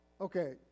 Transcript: okay